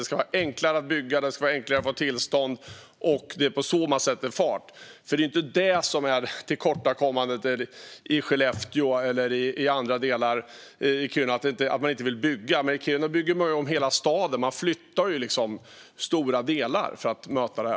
Det ska vara enklare att bygga och att få tillstånd. Det är så man sätter fart. Tillkortakommandet i Skellefteå, i Kiruna och i andra delar är ju inte att man inte vill bygga. I Kiruna bygger man om hela staden. Man flyttar stora delar för att möta detta.